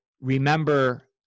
remember